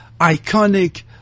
iconic